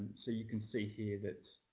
so you can see here that